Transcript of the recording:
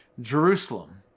Jerusalem